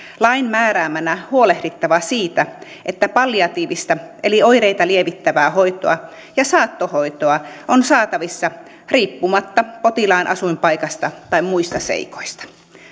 lain määräämänä huolehdittava siitä että palliatiivista eli oireita lievittävää hoitoa ja saattohoitoa on saatavissa riippumatta potilaan asuinpaikasta tai muista seikoista